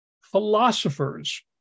philosophers